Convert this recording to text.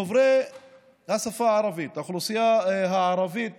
דוברי השפה הערבית, האוכלוסייה הערבית